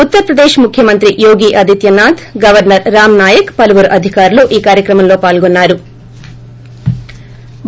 ఉత్తరప్రదేశ్ ముఖ్వమంత్రి యోగీ ఆదిత్వనాథ్ governor Ram Naik పలువురు అధికారులు ఈ కార్యక్రమంలో పాల్గొన్సారు